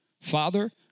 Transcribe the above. Father